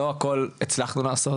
לא הכל הצלחנו לעשות.